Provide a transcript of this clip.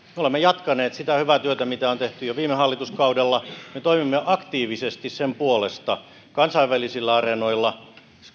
me olemme jatkaneet sitä hyvää työtä mitä on tehty jo viime hallituskaudella me toimimme aktiivisesti sen puolesta kansainvälisillä areenoilla